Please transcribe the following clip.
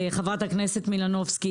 חברת הכנסת מלנובסקי.